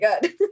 good